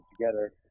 together